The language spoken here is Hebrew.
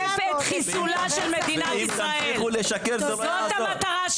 הוא לא יכול לקרוא לזה מה שהוא רוצה.